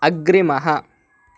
अग्रिमः